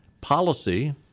policy